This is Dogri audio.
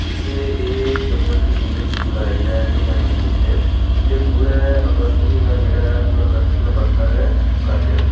इत्थै एह् जम्मू एंड कश्मीर बिच्च जुलाई दे म्हीनै बिच्च पुजदे न पूरा अगस्त म्हीना जेह्ड़ा ऐ पूरा अगस्त म्हीना बरखा गै करदे न